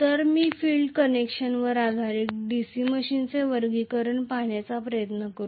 तर मी फील्ड कनेक्शनवर आधारित DC मशीनचे वर्गीकरण पाहण्याचा प्रयत्न करतो